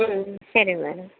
ശരി മാഡം